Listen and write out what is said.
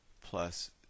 plus